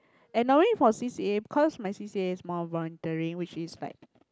and only for C_C_A cause my C_C_A is more volunteering which is like